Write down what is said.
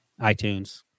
iTunes